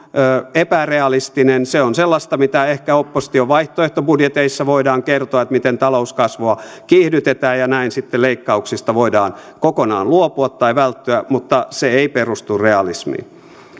epärealistinen se on sellaista mitä ehkä opposition vaihtoehtobudjeteissa voidaan kertoa miten talouskasvua kiihdytetään ja näin sitten leikkauksista voidaan kokonaan luopua tai välttyä mutta se ei perustu realismiin